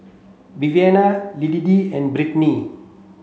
Viviana Liddie and Britany